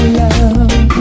love